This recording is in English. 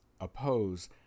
oppose